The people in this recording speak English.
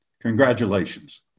Congratulations